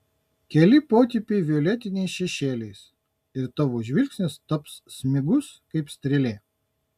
keli potėpiai violetiniais šešėliais ir tavo žvilgsnis taps smigus kaip strėlė